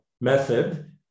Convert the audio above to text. method